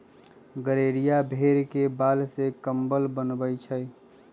गड़ेरिया भेड़ के बाल से कम्बल बनबई छई